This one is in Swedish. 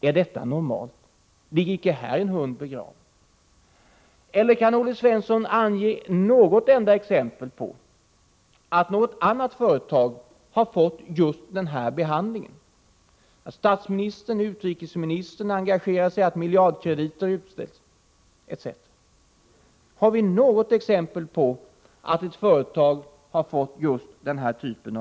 Är detta normalt? Ligger här icke en hund begraven? Kan Olle Svensson ange ett enda exempel på att något annat företag har fått just denna behandling — att statsministern och utrikesministern engagerar sig, att miljardkrediter utställs etc.? Jag skulle i så fall vilja veta namnet på det företaget.